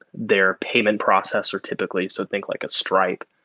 their payment processor typically. so think like a stripe.